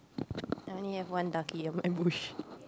I only have one ducky in my bush